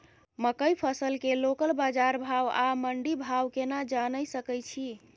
मकई फसल के लोकल बाजार भाव आ मंडी भाव केना जानय सकै छी?